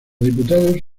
diputados